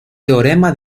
teorema